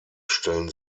stellen